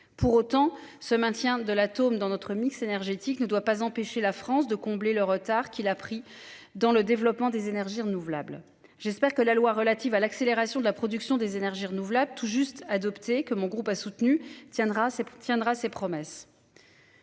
Pour autant ce maintien de l'atome dans notre mix énergétique ne doit pas empêcher la France de combler le retard qu'il a pris dans le développement des énergies renouvelables. J'espère que la loi relative à l'accélération de la production des énergies renouvelables, tout juste adoptée que mon groupe a soutenu tiendra ses tiendra